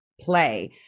play